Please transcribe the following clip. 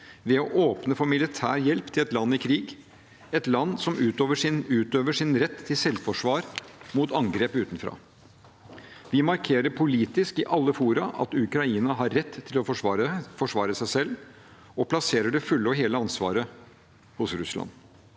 ved å åpne for militær hjelp til et land i krig, et land som utøver sin rett til selvforsvar mot et angrep utenfra. Vi markerer politisk i alle fora at Ukraina har rett til å forsvare seg og plasserer det fulle og hele ansvaret hos Russland.